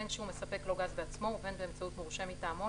בין שהוא מספק לו גז בעצמו ובין באמצעות מורשה מטעמו,